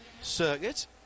circuit